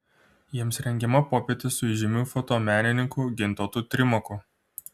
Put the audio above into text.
jiems rengiama popietė su žymiu fotomenininku gintautu trimaku